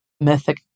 mythic